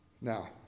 Now